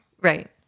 Right